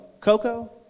Coco